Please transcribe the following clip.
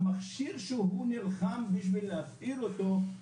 המכשיר שהוא נלחם בשביל להפעיל אותו,